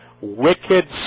wicked